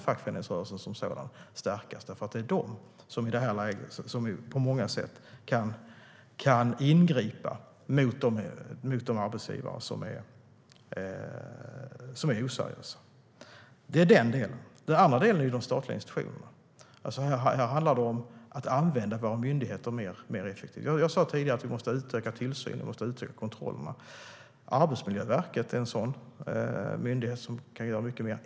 Fackföreningsrörelsen som sådan måste stärkas, därför att det är den som på många sätt kan ingripa mot de arbetsgivare som är oseriösa. Den andra delen är de statliga institutionerna. Vi ska använda våra myndigheter mer effektivt. Jag sa tidigare att vi måste utöka tillsynen och kontrollen. Arbetsmiljöverket är en myndighet som kan göra mycket mer.